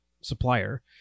supplier